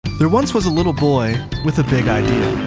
there once was a little boy with a big idea.